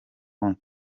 want